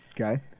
Okay